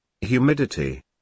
Humidity